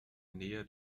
nähe